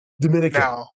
Dominican